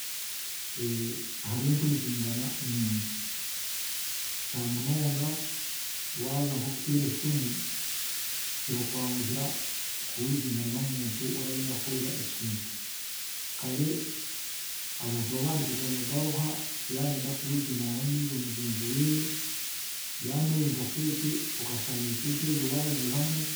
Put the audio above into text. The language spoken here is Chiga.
hariho empurizingana nungi. Kyamunoga waaza nk'okuteera esimu, kirakwanguhira kuhurizingana n'omuntu ou oraba orenda kukorera ekintu. Kare abantu baabahandikaga amabaruha yaarenda kuhurizingana n'ondiijo mugyenzi weeye, yaamuhaire nkasete okashanga esente ezo baaziihamu